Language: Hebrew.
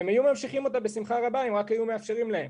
והם היו ממשיכים אותה בשמחה רבה אם רק היו מאפשרים להם.